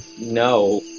No